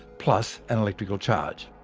plus an electrical charge.